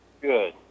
Good